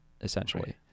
essentially